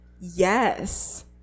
Yes